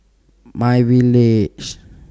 MyVillage